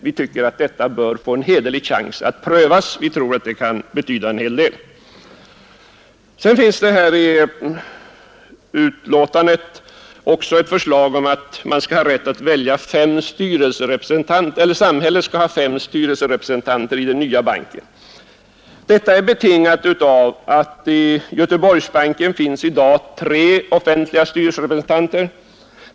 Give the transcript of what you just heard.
Vi tycker att systemet bör få en hederlig chans att prövas, vi tror det kan betyda en hel del. I betänkandet finns det också ett förslag om att samhället skall ha rätt att ha fem styrelserepresentanter i den nya banken. Detta är betingat av att det i Skandinaviska banken i dag finns tre offentliga styrelserepresentanter.